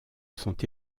sont